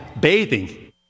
bathing